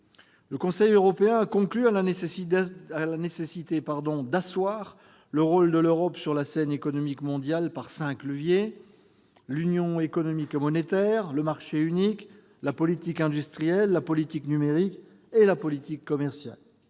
Le Conseil européen a conclu à la nécessité d'asseoir le rôle de l'Europe sur la scène économique mondiale par cinq leviers : l'Union économique et monétaire, le marché unique, la politique industrielle, la politique numérique et la politique commerciale.